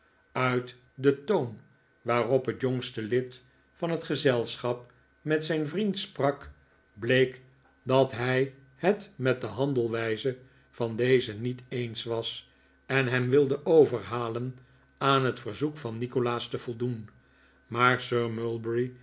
uit den toon waarop het jongste lid van het gezelschap met zijn vriend sprak bleek dat hij het met de handelwijze van dezen niet eens was en hem wilde overhalen aan het verzoek van nikolaas te voldoen maar sir mulberry